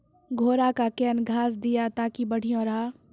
घोड़ा का केन घास दिए ताकि बढ़िया रहा?